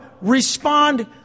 respond